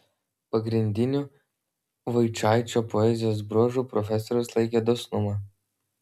pagrindiniu vaičaičio poezijos bruožu profesorius laikė dosnumą